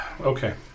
Okay